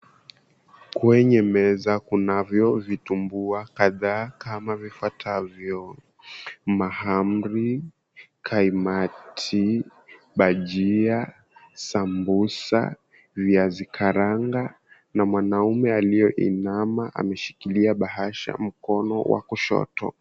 Kwenye meza kunavyo vitumbua kadhaa kama vifuatavyo, mahamri, kaimati, bajia, sambusa, viazi karanga, na mwanaume aliyeinama ameshikilia bahasha mkono wa kushoto.